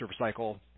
recycle